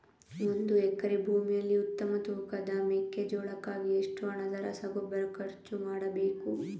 ಒಂದು ಎಕರೆ ಭೂಮಿಯಲ್ಲಿ ಉತ್ತಮ ತೂಕದ ಮೆಕ್ಕೆಜೋಳಕ್ಕಾಗಿ ಎಷ್ಟು ಹಣದ ರಸಗೊಬ್ಬರ ಖರ್ಚು ಮಾಡಬೇಕು?